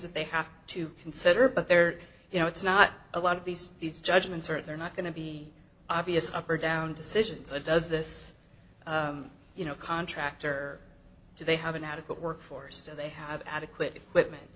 that they have to consider but they're you know it's not a lot of these these judgments are they're not going to be obvious up or down decisions or does this you know contractor to they have an adequate workforce do they have adequate